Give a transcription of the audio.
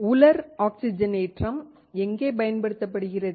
உலர் ஆக்சிஜனேற்றம் எங்கே பயன்படுத்தப்படுகிறது